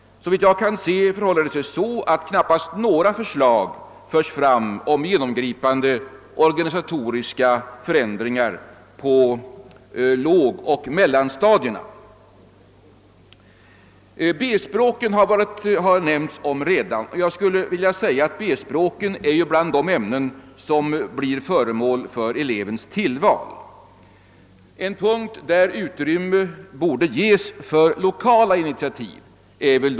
Såvitt jag kan se framföres knappast några förslag om genomgripande organisatoriska förändringar på lågoch mellanstadierna. B-språken har redan nämnts. Jag vill säga att B-språken tillhör de ämnen som blir föremål för elevens tillval. Frågan om B-språken är väl något där utrymme borde ges för lokala initiativ.